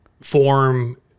form